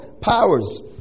powers